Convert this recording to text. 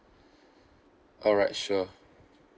alright sure